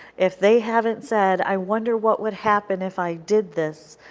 if they haven't said i wonder what would happen if i did this,